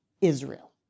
Israel